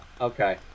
okay